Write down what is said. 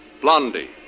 Blondie